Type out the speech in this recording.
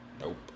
Nope